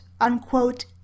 unquote